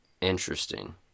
Interesting